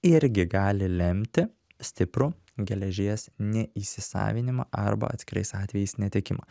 irgi gali lemti stiprų geležies neįsisavinimą arba atskirais atvejais netekimą